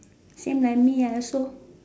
same like me also